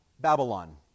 Babylon